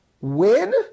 win